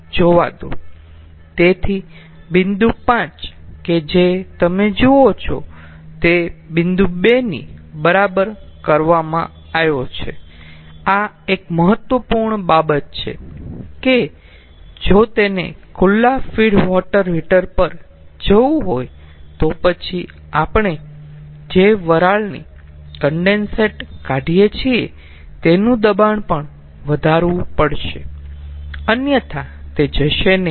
તેથી બિંદુ 5 કે જે તમે જુઓ છો તે બિંદુ 2 ની બરાબર કરવામાં આવ્યો છે આ એક મહત્વપૂર્ણ બાબત છે કે જો તેને ખુલ્લા ફીડ વોટર હીટર પર જવું હોઈ તો પછી આપણે જે વરાળની કન્ડેન્સેટ કાઢીએ છીએ તેનું દબાણ પણ વધારવું પડશે અન્યથા તે જશે નહીં